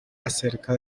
acerca